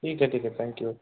ठीक आहे ठीक आहे थँकू